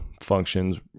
functions